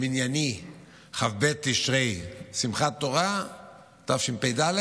למנייני כ"ב בתשרי, שמחת תורה תשפ"ד,